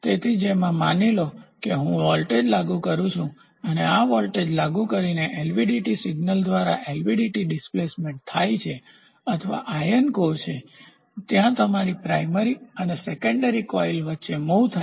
તેથી જેમાં માની લો કે હું વોલ્ટેજ લાગુ કરું છું અને આ વોલ્ટેજને લાગુ કરીને એલવીડીટી સિગ્નલ દ્વારા એલવીડીટી ડિસ્પ્લેસમેન્ટ થાય છે અથવા આયન કોર જે ત્યાં પ્રાઇમરીપ્રાથમિક અને સેકન્ડરીગૌણ કોઇલ વચ્ચે વચ્ચે મુવ થાય